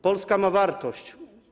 Polska ma wartość.